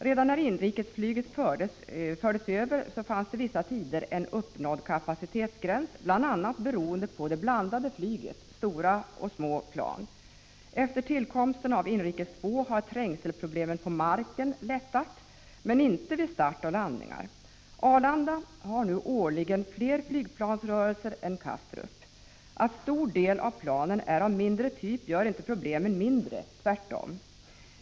Redan när inrikesflyget fördes över dit uppnåddes vissa tider en kapacitetsgräns, bl.a. beroende på blandningen av stora och små plan. Efter tillkomsten av Inrikes 2 har trängselproblemen på marken lättat, men inte vid start och landningar. Arlanda har nu årligen fler flygplansrörelser än Kastrup. Att en stor del av planen är av mindre typ gör inte problemen mindre — tvärtom.